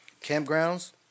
Campgrounds